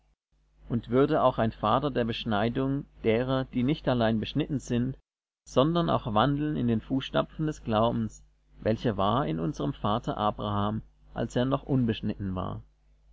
und würde auch ein vater der beschneidung derer die nicht allein beschnitten sind sondern auch wandeln in den fußtapfen des glaubens welcher war in unserm vater abraham als er noch unbeschnitten war